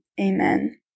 Amen